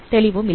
தெளிவும் இல்லை